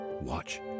Watch